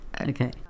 Okay